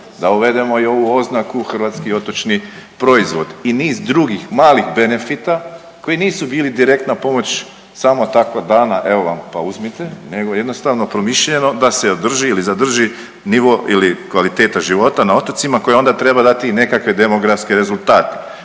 da uvedemo i ovu oznaku hrvatski otočni proizvod i niz drugih malih benefita koji nisu bili direktna pomoć samo tako dana, evo vam pa uzmite nego jednostavno promišljeno da se održi ili zadrži nivo ili kvaliteta života na otocima koja onda treba dati i nekakve demografske rezultate